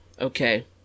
Okay